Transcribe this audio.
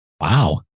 Wow